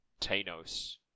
Thanos